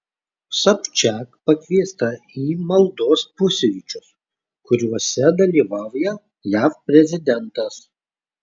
sobčiak pakviesta į maldos pusryčius kuriuose dalyvauja jav prezidentas